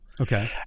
okay